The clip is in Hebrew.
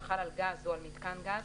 החל על גז או על מיתקן גז,